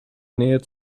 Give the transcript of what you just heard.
nähe